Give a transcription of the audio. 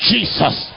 Jesus